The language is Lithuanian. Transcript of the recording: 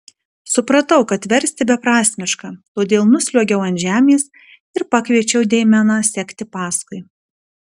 supratau kad versti beprasmiška todėl nusliuogiau ant žemės ir pakviečiau deimeną sekti paskui